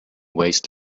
waste